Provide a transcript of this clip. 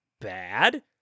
bad